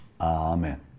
amen